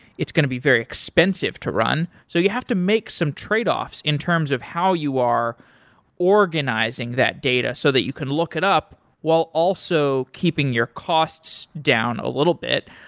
it's going to be very expensive to run so you have to make some trade-offs in terms of how you are organizing that data so that you can look it up while also keeping your costs down a little bit.